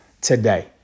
today